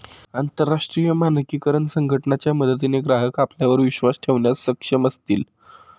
अंतरराष्ट्रीय मानकीकरण संघटना च्या मदतीने ग्राहक आपल्यावर विश्वास ठेवण्यास सक्षम असतील